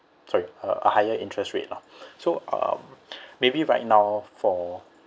sorry uh a higher interest rate lah so um maybe right now for